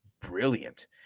brilliant